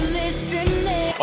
listening